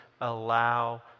allow